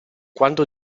quando